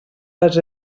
les